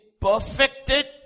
perfected